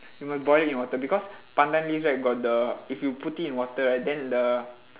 you must boil it in water because pandan leaves right got the if you put it in water right then the